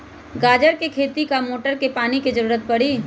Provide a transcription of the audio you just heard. गाजर के खेती में का मोटर के पानी के ज़रूरत परी?